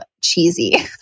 cheesy